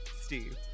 Steve